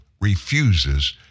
refuses